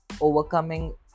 overcoming